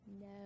no